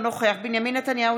אינו נוכח בנימין נתניהו,